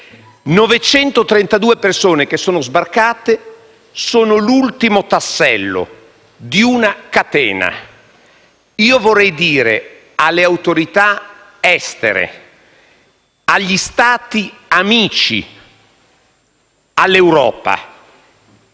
932 persone che sono sbarcate sono l'ultimo tassello di una catena. Vorrei dire alle autorità estere, agli Stati amici, all'Europa: